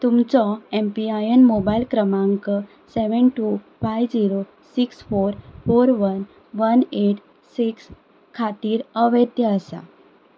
तुमचो M PIN mobile क्रमांक seven two five zero six four four one one eight six खातीर अवैध आसा